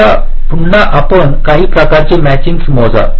आता पुन्हा आपण काही प्रकारचे मॅचिंगस मोजा